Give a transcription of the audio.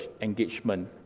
engagement